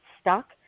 stuck